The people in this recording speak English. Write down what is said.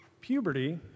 Puberty